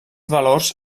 valors